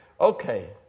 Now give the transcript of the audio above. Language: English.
Okay